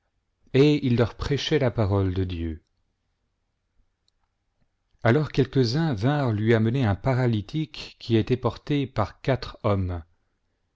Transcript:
et il leur prêchait la parole de dieu alors quelques-uns yinrent lui amener un paralytique qui était porté par quatre hommes